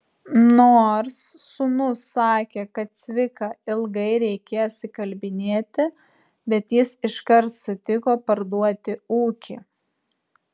nors sūnus sakė kad cviką ilgai reikės įkalbinėti bet jis iškart sutiko parduoti ūkį